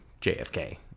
JFK